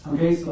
Okay